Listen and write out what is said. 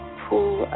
pool